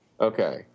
Okay